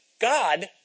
God